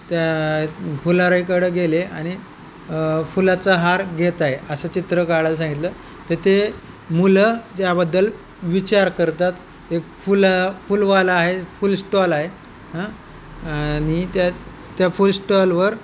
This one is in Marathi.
त्या फुलराईकडं गेले आणि फुलाचा हार घेत आहे असं चित्र काढयला सांगितलं तर ते मुलं त्याबद्दल विचार करतात एक फुलं फुलवाला आहे फुल स्टॉल आहे हं आणि त्या त्या फुल स्टॉलवर